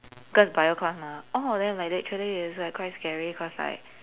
cause bio class mah all of them like literally it's like quite scary cause like